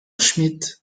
smith